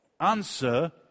answer